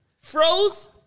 Froze